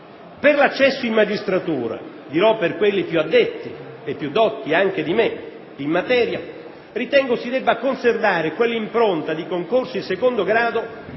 Per l'accesso in magistratura, dirò per quelli più addetti e più dotti anche di me in materia, ritengo si debba conservare quell'impronta di concorso di secondo grado